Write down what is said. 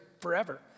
forever